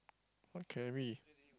what carry